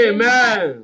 Amen